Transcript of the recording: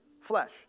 flesh